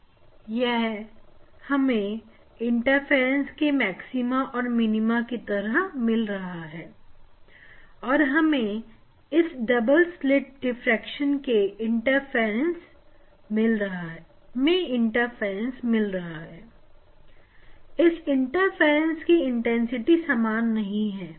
यह हमें इंटरफेरेंस के मैक्सिमम और मिनिमम की तरह मिल रहा है और हमें इस डबल स्लित डिफ्रेक्शन में इंटरफेरेंस मिल रहा है इस इंटरफेरेंस की इंटेंसिटी सामान नहीं है